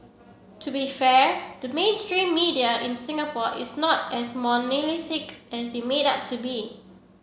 to be fair the mainstream media in Singapore is not as monolithic as it made out to be